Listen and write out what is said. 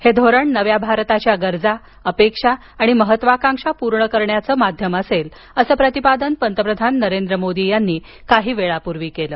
हे धोरण नव्या भारताच्या गरजा अपेक्षा आणि महत्त्वाकांक्षा पूर्ण करण्याचं माध्यम असेल असं प्रतिपादन पंतप्रधान नरेंद्र मोदी यांनी काही वेळापूर्वी केलं